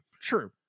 True